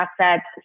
assets